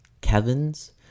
Kevin's